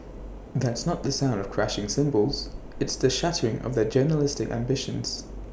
that's not the sound of crashing cymbals it's the shattering of their journalistic ambitions